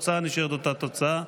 התוצאה נשארת אותה תוצאה.